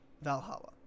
Valhalla